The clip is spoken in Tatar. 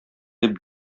дип